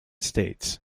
states